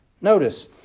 Notice